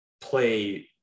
play